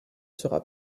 sera